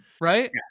Right